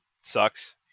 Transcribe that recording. sucks